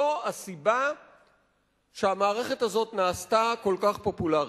זאת הסיבה שהמערכת הזאת נעשתה כל כך פופולרית.